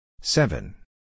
Seven